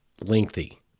lengthy